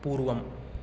पूर्वम्